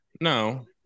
No